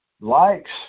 likes